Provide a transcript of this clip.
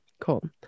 Cool